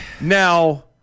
Now